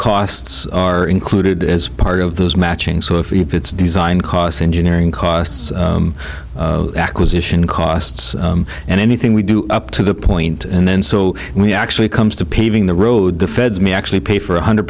costs are included as part of those matching so if it's designed cost engineering costs acquisition costs and anything we do up to the point and then so we actually comes to paving the road the feds may actually pay for one hundred